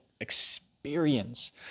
experience